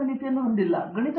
ಪ್ರತಾಪ್ ಹರಿಡೋಸ್ ಹಣಕಾಸು